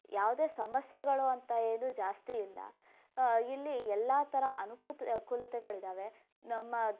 ಯಾವುದೇ ಸಮಸ್ಯೆಗಳು ಅಂತ ಏನೂ ಜಾಸ್ತಿ ಇಲ್ಲ ಇಲ್ಲಿ ಎಲ್ಲ ಥರ ಅನುಕೂಲ ಕೂಲತೆಗಳಿದ್ದಾವೆ ನಮ್ಮ